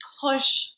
push